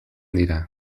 dira